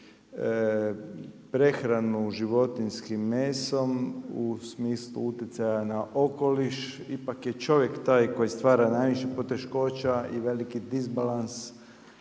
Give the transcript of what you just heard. prehranu životinjskim mesom u smislu utjecaja na okoliš, ipak je čovjek taj koji stvara najviše poteškoća i veliki disbalans